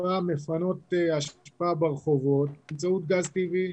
משאיות מפנות אשפה ברחובות באמצעות גז טבעי,